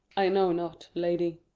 i know not, lady.